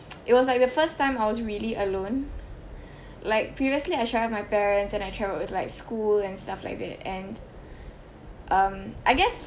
it was like the first time I was really alone like previously I travel with my parents and I travelled with like school and stuff like that and um I guess